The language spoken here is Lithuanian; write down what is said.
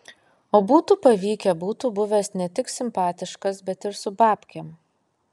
o būtų pavykę būtų buvęs ne tik simpatiškas bet ir su babkėm